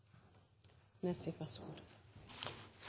neste